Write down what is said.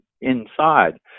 inside